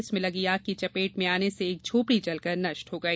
इसमें लगी आग की चपेट में आने पर एक झोपड़ी जलकर नष्ट हो गई